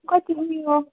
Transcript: कति दिनको